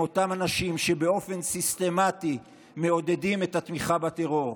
הם אותם אנשים שבאופן סיסטמתי מעודדים את התמיכה בטרור.